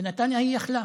בנתניה היא יכלה.